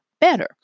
better